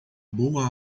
boa